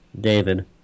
David